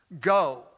go